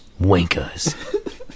wankers